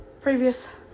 previous